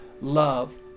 love